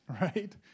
right